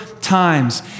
times